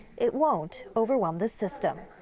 it won't overwhelm the system.